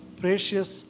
precious